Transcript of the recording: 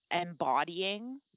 embodying